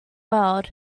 world